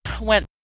went